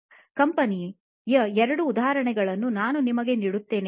com ಎಂಬ ಕಂಪನಿಯ ಎರಡು ಉದಾಹರಣೆಗಳನ್ನು ನಾನು ನಿಮಗೆ ನೀಡುತ್ತೇನೆ